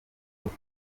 bose